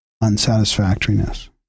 unsatisfactoriness